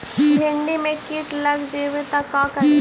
भिन्डी मे किट लग जाबे त का करि?